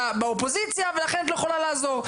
באופוזיציה ולכן את לא יכולה לעזור.